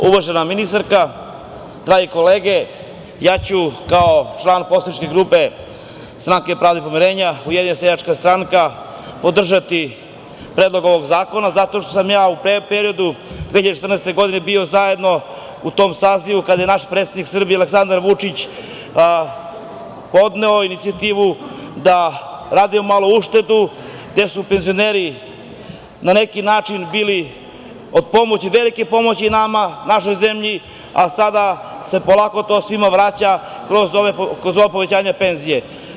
Uvažena ministarka, drage kolege, ja ću kao član poslaničke grupe SPP-USS, podržati Predlog zakona zato što sam ja u periodu 2014. godine bio zajedno u tom sazivu kada je naš predsednik Srbije, Aleksandra Vučić podneo inicijativu da radimo malu uštedu, gde su penzioneri na neki način bili od pomoći, velike pomoći nama, našoj zemlji, a sada se to polako svima vraća kroz ova povećanja penzija.